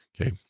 Okay